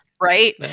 right